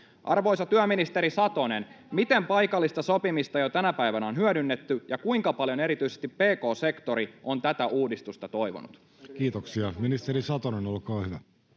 Arvoisa työministeri Satonen, miten paikallista sopimista jo tänä päivänä on hyödynnetty, ja kuinka paljon erityisesti pk-sektori on tätä uudistusta toivonut? Kiitoksia. — Ministeri Satonen, olkaa hyvä.